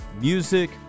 music